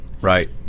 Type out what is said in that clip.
right